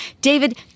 David